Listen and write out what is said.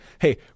Hey